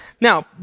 Now